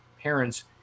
parents